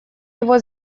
его